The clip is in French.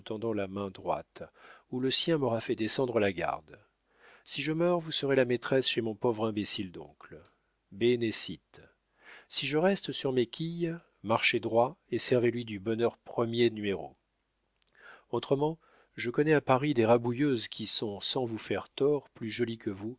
tendant la main droite ou le sien m'aura fait descendre la garde si je meurs vous serez la maîtresse chez mon pauvre imbécile d'oncle benè sit si je reste sur mes quilles marchez droit et servez lui du bonheur premier numéro autrement je connais à paris des rabouilleuses qui sont sans vous faire tort plus jolies que vous